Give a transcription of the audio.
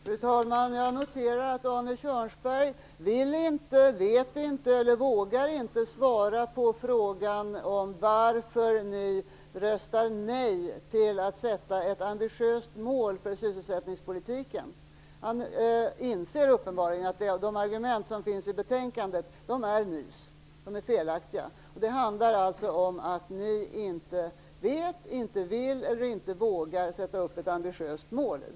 Fru talman! Jag noterar att Arne Kjörnsberg inte vill, inte vet eller inte vågar svara på frågan om varför Socialdemokraterna röstar nej till att man sätter ett ambitiöst mål för sysselsättningspolitiken. Han inser uppenbarligen att de argument som finns i betänkandet är nys. De är felaktiga. Det handlar alltså om att ni inte vet, inte vill eller inte vågar sätta upp ett ambitiöst mål.